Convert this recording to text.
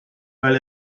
weil